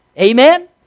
Amen